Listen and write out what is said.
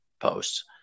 posts